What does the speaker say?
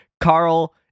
Carl